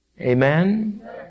Amen